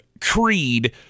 creed